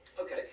Okay